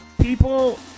people